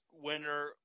winner